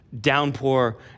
downpour